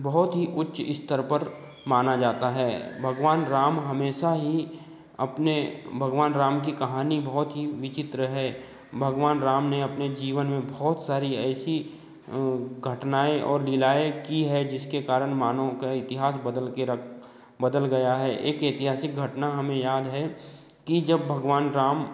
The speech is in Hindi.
बहुत ही उच्च स्तर पर माना जाता है भगवान राम हमेशा ही अपने भगवान राम की कहानी बहुत ही विचित्र है भगवान राम ने अपने जीवन में बहुत सारी ऐसी घटनाऍं और लीलाऍं की है जिसके कारण मानव का इतिहास बदल कर रख बदल गया है एक ऐतिहासिक घटना हमें याद है कि जब भगवान राम